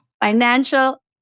Financial